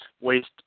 waste